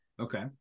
okay